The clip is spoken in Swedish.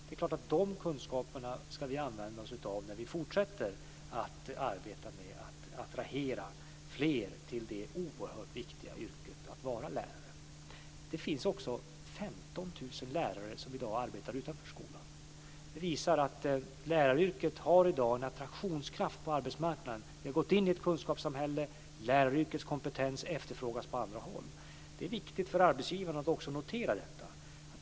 Det är klart att vi ska använda oss av de kunskaperna när vi fortsätter att arbeta med att attrahera fler till det oerhört viktiga yrket att vara lärare. Det finns också 15 000 lärare som i dag arbetar utanför skolan. Det visar att läraryrket i dag har en attraktionskraft på arbetsmarknaden. Vi har gått in i ett kunskapssamhälle, och läraryrkets kompetens efterfrågas på andra håll. Det är viktigt för arbetsgivarna att notera detta.